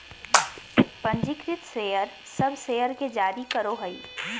पंजीकृत शेयर सब शेयर के जारी करो हइ